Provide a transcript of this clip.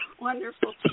wonderful